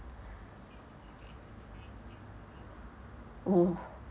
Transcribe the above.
oh